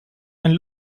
einen